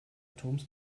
atoms